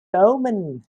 oman